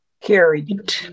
carried